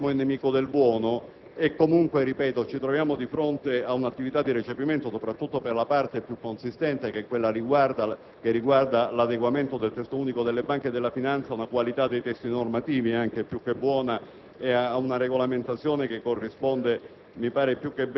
l'ottimo è nemico del buono e comunque, ripeto, ci troviamo di fronte ad un'attività di recepimento che presenta, soprattutto per la parte più consistente che riguarda l'adeguamento dei Testi unici bancario e della finanza, una qualità dei testi normativi più che buona e una regolamentazione che corrisponde